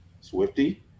Swifty